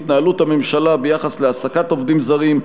4. התנהלות הממשלה ביחס להעסקת עובדים זרים,